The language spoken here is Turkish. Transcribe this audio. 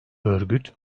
örgüt